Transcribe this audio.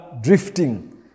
drifting